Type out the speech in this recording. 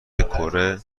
کره